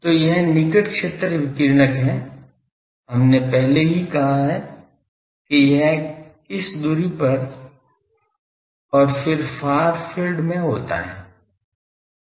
तो यह निकट क्षेत्र विकिरणक है हमने पहले ही कहा है कि यह किस दूरी पर और फिर फार फील्ड में होता है